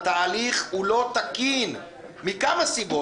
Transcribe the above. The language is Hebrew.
התהליך הוא לא תקין מכמה סיבות.